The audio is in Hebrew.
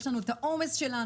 יש לנו את העומס שלנו.